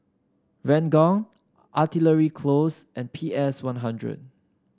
Ranggung Artillery Close and P S One Hundred